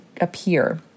appear